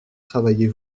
travaillez